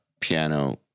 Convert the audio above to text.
piano